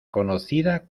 conocida